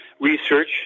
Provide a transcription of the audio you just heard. research